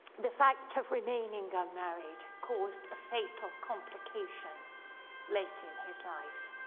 the fact of remaining unmarried caused a fatal complication late in his life.